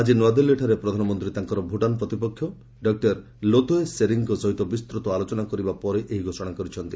ଆଜି ନୂଆଦିଲ୍ଲୀଠାରେ ପ୍ରଧାନମନ୍ତ୍ରୀ ତାଙ୍କର ଭୁଟାନ ପ୍ରତିପକ୍ଷ ଡକ୍ଟର ଲୋତୟ ଶେରିଂଙ୍କ ସହିତ ବିସ୍ତୂତ ଆଲୋଚନା କରିବା ପରେ ଏହି ଘୋଷଣା କରିଛନ୍ତି